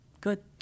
Good